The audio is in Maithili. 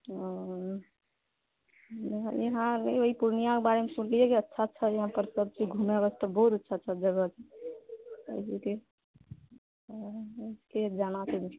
ओ यहाँ ओएह पूर्णियाके बारेमे सुनलिऐ रहए कि अच्छा अच्छा यहाँ पर सब चीज घुमए बला बहुत अच्छा जगह छै जाना